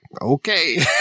okay